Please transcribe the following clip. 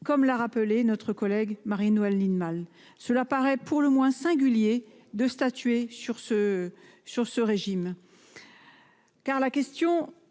comme l'a rappelé notre collègue Marie-Noëlle Lienemann cela paraît pour le moins singulier de statuer sur ce sur ce régime. Car la question